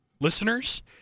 listeners